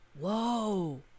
Whoa